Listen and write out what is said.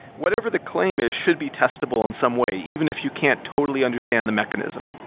whatever the claim is should be testable in some way even if you can't totally understand the mechanism